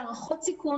הערכות הסיכון